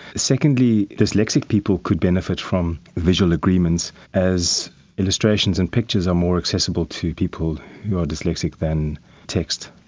secondly, dyslexic people could benefit from visual agreements, as illustrations and pictures are more accessible to people who are dyslexic than text,